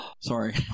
Sorry